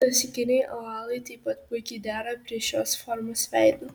klasikiniai ovalai taip pat puikiai dera prie šios formos veido